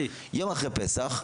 יום אחרי פסח,